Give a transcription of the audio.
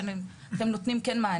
ששם אתם כן נותנים מענה,